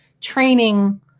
training